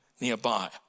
nearby